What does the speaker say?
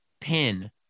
pin